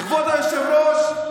כבוד היושב-ראש,